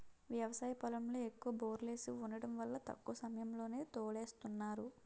వ్యవసాయ పొలంలో ఎక్కువ బోర్లేసి వుండటం వల్ల తక్కువ సమయంలోనే తోడేస్తున్నారు